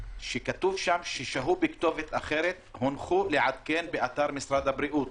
שכתוב שהם שהו בכתובת אחרת והונחו לעדכן באתר משרד הבריאות,